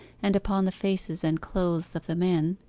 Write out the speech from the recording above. and upon the faces and clothes of the men,